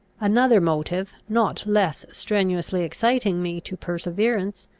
another motive, not less strenuously exciting me to perseverance,